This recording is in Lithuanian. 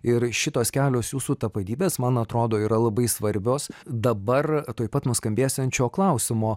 ir šitos kelios jūsų tapatybės man atrodo yra labai svarbios dabar tuoj pat nuskambėsiančio klausimo